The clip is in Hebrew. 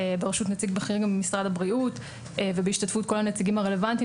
בראשות נציג בכיר ממשרד הבריאות ובהשתתפות כל הנציגים הרלוונטיים